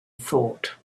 thought